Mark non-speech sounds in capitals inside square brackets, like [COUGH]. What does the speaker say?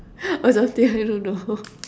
or something [LAUGHS] I don't know